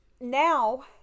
now